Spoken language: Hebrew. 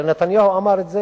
הרי נתניהו אמר את זה